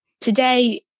today